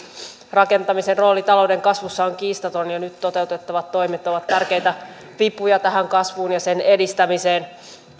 rakentamisen rooli talouden kasvussa on kiistaton ja nyt toteutettavat toimet ovat tärkeitä vipuja tähän kasvuun ja sen edistämiseen